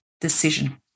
decision